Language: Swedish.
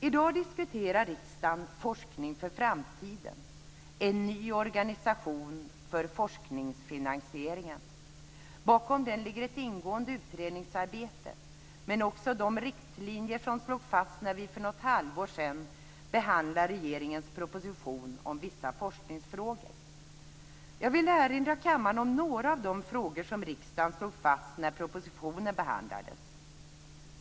I dag diskuterar riksdagen Forskning för framtiden - en ny organisation för forskningsfinansiering. Bakom den ligger ett ingående utredningsarbete men också de riktlinjer som slogs fast när vi för något halvår sedan behandlade regeringens proposition om vissa forskningsfrågor. Jag vill erinra kammaren om några av de frågor som riksdagen slog fast när propositionen behandlades.